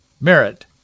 Merit